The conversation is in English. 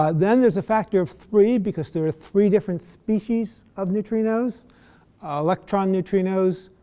ah then there's a factor of three, because there are three different species of neutrinos electron neutrinos,